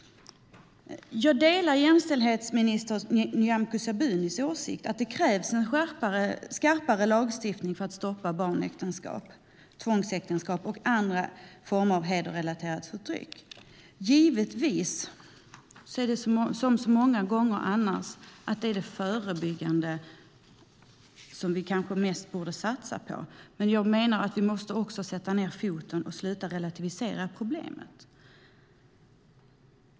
Jag delar jämställdhetsminister Nyamko Sabunis åsikt att det krävs en skarpare lagstiftning för att stoppa barnäktenskap, tvångsäktenskap och andra former av hedersrelaterat förtryck. Givetvis är det som så många andra gånger att det är det förebyggande arbetet som vi kanske borde satsa mest på. Men jag menar att vi också måste sätta ned foten och sluta relativisera problemet.